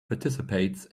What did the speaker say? participates